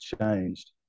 changed